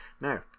Now